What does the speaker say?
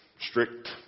strict